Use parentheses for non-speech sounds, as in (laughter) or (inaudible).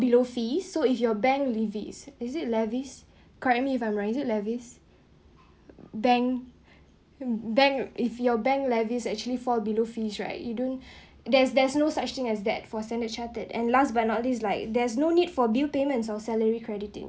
below fees so if your bank levies is it levies correct me if I'm wrong is it levies bank (breath) bank if your bank levies actually fall below fees right you don't (breath) there's there's no such thing as that for Standard Chartered and last but not least like there's no need for bill payments or salary crediting